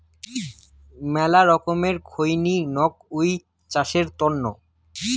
মেলা রকমের থোঙনি নক হউ চাষের তন্ন